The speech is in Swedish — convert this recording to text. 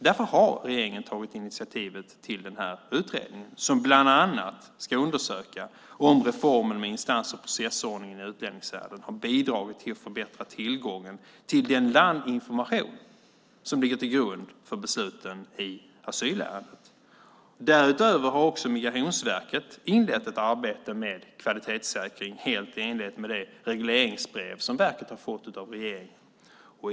Därför har regeringen tagit initiativ till den här utredningen som bland annat ska undersöka om reformen med instans och processordning i utlänningsärenden har bidragit till att förbättra tillgången till den landinformation som ligger till grund för besluten i asylärenden. Därutöver har också Migrationsverket inlett ett arbete med kvalitetssäkring, helt i enlighet med det regleringsbrev som verket har fått av regeringen.